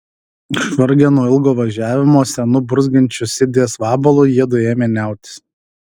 išvargę nuo ilgo važiavimo senu burzgiančiu sidės vabalu jiedu ėmė niautis